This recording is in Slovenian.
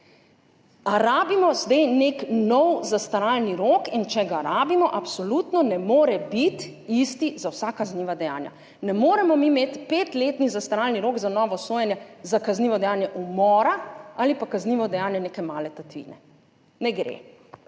Ali rabimo zdaj nek novi zastaralni rok? In če ga rabimo, absolutno ne more biti isti za vsa kazniva dejanja. Ne moremo mi imeti petletnega zastaralnega roka za novo sojenje za kaznivo dejanje umora ali pa kaznivo dejanje neke male tatvine. Ne gre.